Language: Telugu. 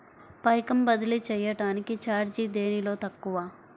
పైకం బదిలీ చెయ్యటానికి చార్జీ దేనిలో తక్కువ?